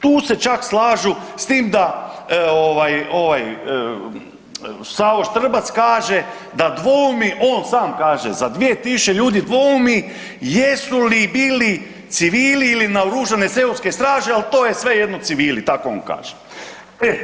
Tu se čak slažu s tim da ovaj, ovaj Savo Štrbac kaže da dvoumi on sam kaže za 2.000 ljudi dvoumi jesu li bili civili ili naoružane seoske straže ali to je svejedno civili, tako on kaže.